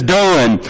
done